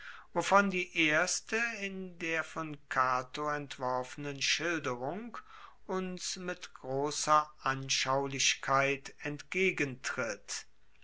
wovon die erste in der von cato entworfenen schilderung uns mit grosser anschaulichkeit entgegentritt